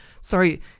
sorry